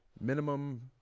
minimum